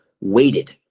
waited